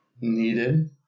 needed